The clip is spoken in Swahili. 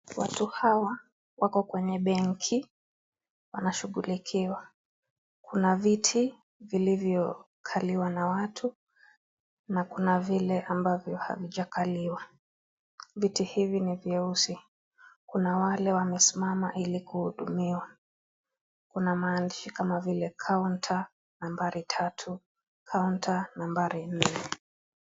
Watu hawa wako kwenye benki wanashughulikiwa, kuna viti vilivyokaliwa na watu na kuna vile ambavyo havijakaliwa. Viti hivi ni vyeusi kuna wale wamesimama ili kuhudumiwa, kuna maandishi kama vile counter nambari tatu, counter nambari nne.